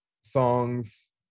songs